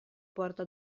porta